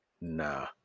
nah